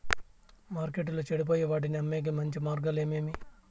మార్కెట్టులో చెడిపోయే వాటిని అమ్మేకి మంచి మార్గాలు ఏమేమి